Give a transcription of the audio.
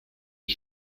die